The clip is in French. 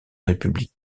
république